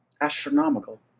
Astronomical